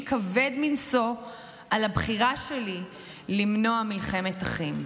כבד מנשוא על הבחירה שלי למנוע מלחמת אחים.